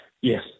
Yes